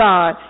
God